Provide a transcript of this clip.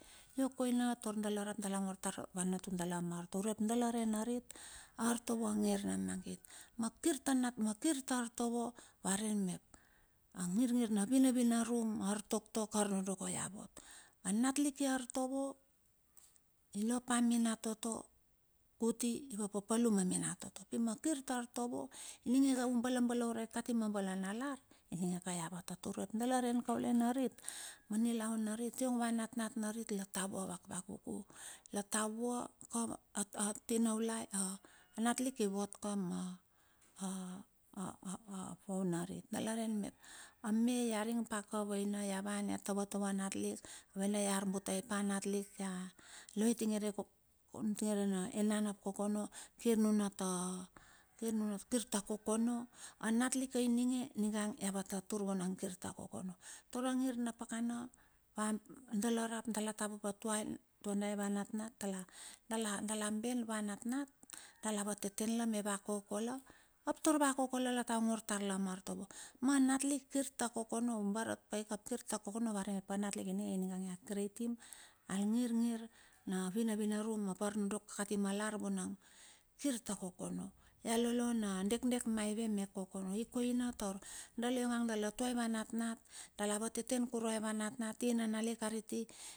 Io koina tar dala rap dala ongor, tar ava nanatuna dala ma artovo urep dala rei narit. Artovo a ngir na magit, makir ta artovo, wa ren mep a ngir ngir na vinavinarum, ar toktok. arnodoko ia vot. A nat lik iar tovo, lo pa a minati kuti, i va papalum aminatoto, pi makir ta artovo. ininge ka u bala balaruai kati ma bala na nanalar, ine ka ia vatatur, dala ren kaule narit, ma nilaun me narit, iong ava natnat narit la taua vakvakuku. La tavua a tinaulai, a nat lik ivot ka ma a a phone narit. Dala mep ame ia ring pa ka avaina ia van ia tovotovo anatlik, avaina arbute pa a natlik, la loi utunge rina enana ap kokono, kir nuna ta, kir ta kokono, a natlika ininge ia vatatur vunang kir ta kokono. Tara a ngir na pakana, dala rap dala ta vavatunai va natnat, dala, dala ben ava natnat, dala vateten la ma ava koke la, ap tar ava koke la, la ta ongor tarla ma artovo. Ma natlik kir ta kokono, ubarat pai ka ap kirta kokono, varei mep antlik ininge, ininga ia krieitim al ngirngir na vinavinarum apa arnondoko kati ma lar vunang, kir ta kokono. Ia lolo na dekdek maive me kokono. I koina tar dala ionga dala toem ava natnat dala vateten kure ava natnat. Hi na inalik ariti?